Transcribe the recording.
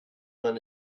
man